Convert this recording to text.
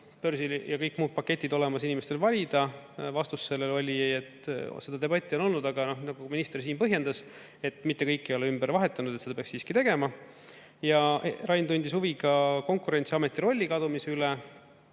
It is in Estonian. börsi‑ ja kõik muud paketid, mida inimesed saavad valida. Vastus sellele oli, et seda debatti on olnud, aga nagu minister siin põhjendas, mitte kõik ei ole [paketti] ümber vahetanud ja seda peaks siiski tegema. Rain tundis huvi ka Konkurentsiameti rolli kadumise